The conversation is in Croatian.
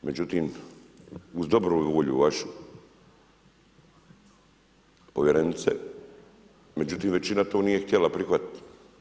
Međutim, uz dobru volju vašu povjerenice, međutim većina to nije htjela prihvatiti.